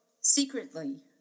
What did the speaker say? secretly